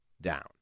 down